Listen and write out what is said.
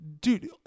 dude